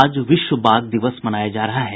आज विश्व बाघ दिवस मनाया जा रहा है